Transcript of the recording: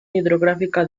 hidrográfica